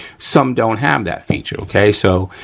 some don't have that feature, okay. so,